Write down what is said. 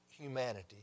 humanity